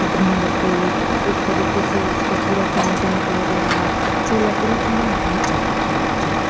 घुन लग गई एक तरीके से उसका पूरा पैन्ट निकल गया जो लकड़ी थी न बहुत ज़्यादा ख़राब थी